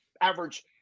average